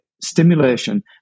stimulation